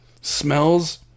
smells